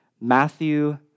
Matthew